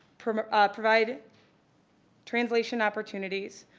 provide translation opportunities,